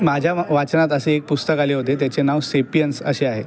माझ्या वाचनात असे एक पुस्तक आले होते त्याचे नाव सेपियन्स असे आहे